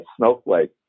Snowflake